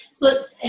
Look